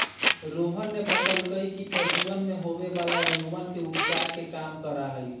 रोहन ने बतल कई कि ऊ पशुवन में होवे वाला रोगवन के उपचार के काम करा हई